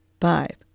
five